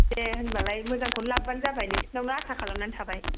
दे होनबालाय मोजांखौनो लाबोबानो जाबाय नोंसोरनावनो आसा खालामनानै थाबाय